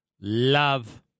Love